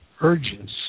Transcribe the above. urges